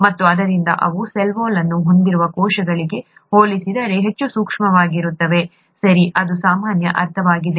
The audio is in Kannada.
ಮತ್ತು ಆದ್ದರಿಂದ ಅವು ಸೆಲ್ ವಾಲ್ ಅನ್ನು ಹೊಂದಿರುವ ಕೋಶಗಳಿಗೆ ಹೋಲಿಸಿದರೆ ಹೆಚ್ಚು ಸೂಕ್ಷ್ಮವಾಗಿರುತ್ತವೆ ಸರಿ ಇದು ಸಾಮಾನ್ಯ ಅರ್ಥವಾಗಿದೆ